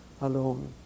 alone